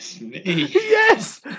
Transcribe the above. Yes